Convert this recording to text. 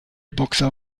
boxer